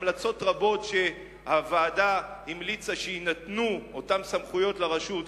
המלצות רבות שהוועדה המליצה שיינתנו אותן סמכויות לרשות,